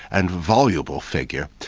and voluble figure,